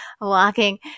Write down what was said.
Walking